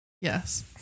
Yes